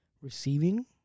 receiving